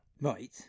Right